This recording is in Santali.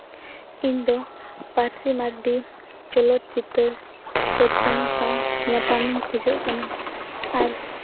ᱤᱧᱫᱚ ᱯᱟᱹᱨᱥᱤ ᱢᱟᱹᱨᱰᱤ ᱪᱚᱞᱚᱛ ᱪᱤᱛᱟᱹᱨ ᱛᱚᱨᱡᱚᱢᱟ ᱥᱟᱶ ᱧᱟᱯᱟᱢ ᱤᱧ ᱠᱷᱚᱡᱚᱜ ᱠᱟᱱᱟ ᱟᱨ